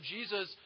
Jesus